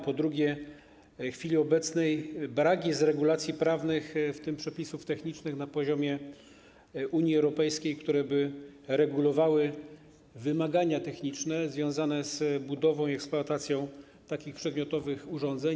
Po drugie, w chwili obecnej brak jest przepisów prawnych, w tym przepisów technicznych, na poziomie Unii Europejskiej, które by regulowały wymagania techniczne związane z budową i eksploatacją przedmiotowych urządzeń.